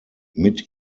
mit